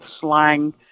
slang